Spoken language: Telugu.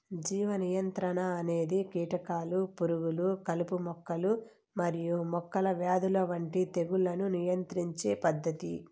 జీవ నియంత్రణ అనేది కీటకాలు, పురుగులు, కలుపు మొక్కలు మరియు మొక్కల వ్యాధుల వంటి తెగుళ్లను నియంత్రించే పద్ధతి